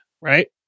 right